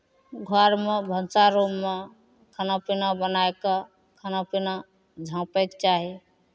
घरमे भनसा रूममे खाना पीना बनाए कऽ खाना पीना झाँपैके चाही